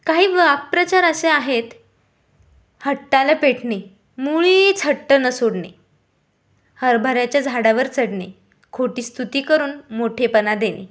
काही वाक्प्रचार असे आहेत हट्टाला पेटणे मुळीच हट्ट न सोडने हरभऱ्याच्या झाडावर चढणे खोटी स्तुती करून मोठेपणा देणे